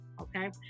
Okay